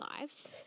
lives